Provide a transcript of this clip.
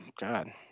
God